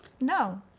No